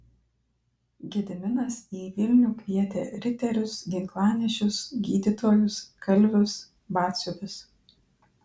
gediminas į vilnių kvietė riterius ginklanešius gydytojus kalvius batsiuvius